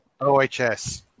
OHS